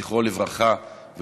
זכרו לברכה,